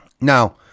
Now